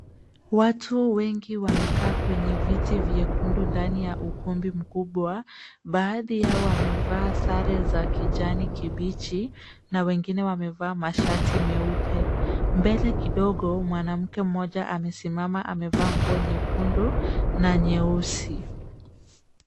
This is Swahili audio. Watu wengi wamekaa kwenye viti vyekundu ndani ya ukumbi mkubwa. Baadhi yao wamevaa sare za kijani kibichi, na wengine wamevaa mashati meupe. Mbele kidogo, mwanamke mmoja amesimama amevaa nguo nyekundu na nyeusi.